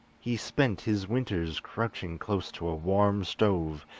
he spent his winters crouching close to a warm stove,